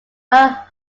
are